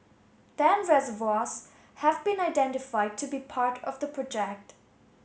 ten reservoirs have been identified to be part of the project